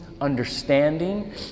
understanding